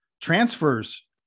transfers